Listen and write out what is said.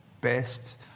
best